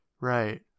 right